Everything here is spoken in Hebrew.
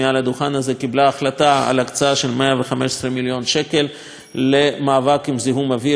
קיבלה החלטה על הקצאה של 115 מיליון שקל למאבק בזיהום אוויר במפרץ חיפה,